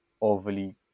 overly